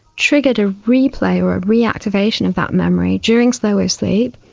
triggered a replay or a reactivation of that memory during slow wave sleep,